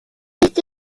este